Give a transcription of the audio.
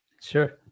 Sure